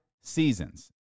seasons